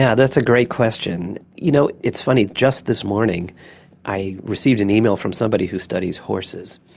yeah that's a great question. you know, it's funny, just this morning i received an email from somebody who studies horses.